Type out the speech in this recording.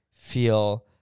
feel